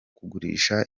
kugurisha